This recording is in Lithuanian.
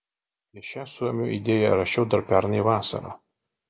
apie šią suomių idėją rašiau dar pernai vasarą